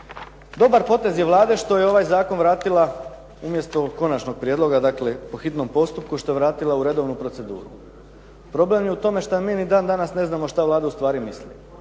Dobar potez je Vlade što je ovaj zakon vratila umjesto konačnog prijedloga, dakle po hitnom postupku što je vratila u redovnu proceduru. Problem je u tome što mi dan danas ne znamo što Vlada ustvari misli.